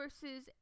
versus